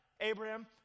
Abraham